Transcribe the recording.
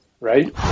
right